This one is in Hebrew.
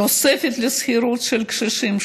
תוספת לשכירות של קשישים,